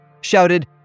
shouted